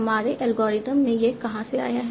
हमारे एल्गोरिथ्म में यह कहां से आया है